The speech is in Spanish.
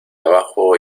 abajo